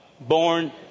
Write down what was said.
Born